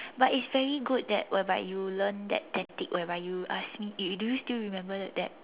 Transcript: but it's very good that whereby you learn that tactic whereby you are snea~ uh do do you still remember that